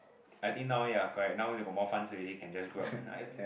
I think now ya correct now they got more funs already can just grow up I